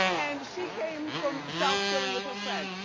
and she came from south philly with her friend.